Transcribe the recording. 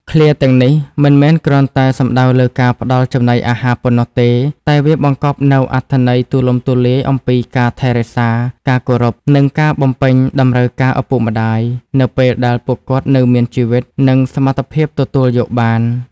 ឃ្លាទាំងនេះមិនមែនគ្រាន់តែសំដៅលើការផ្តល់ចំណីអាហារប៉ុណ្ណោះទេ តែវាបង្កប់នូវអត្ថន័យទូលំទូលាយអំពីការថែរក្សា ការគោរព និងការបំពេញតម្រូវការឪពុកម្តាយនៅពេលដែលពួកគាត់នៅមានជីវិត និងសមត្ថភាពទទួលយកបាន។